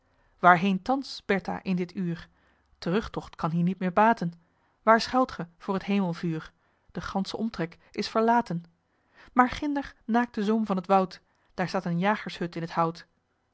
waarheen thans bertha in dit uur terugtocht kan hier niet meer baten waar schuilt ge voor het hemelvuur de gansche omtrek is verlaten maar ginder naakt de zoom van t woud daar staat een jagershut in t hout